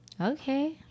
Okay